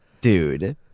Dude